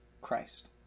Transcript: Christ